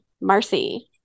Marcy